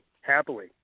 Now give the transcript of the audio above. happily